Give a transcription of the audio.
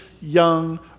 young